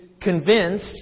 convinced